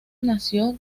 nació